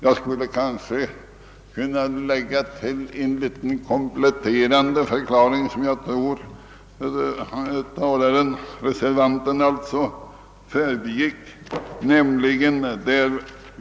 Jag skulle kanske kunna tillägga en liten kompletterande förklaring som herr Grebäck förbigick.